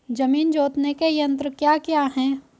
जमीन जोतने के यंत्र क्या क्या हैं?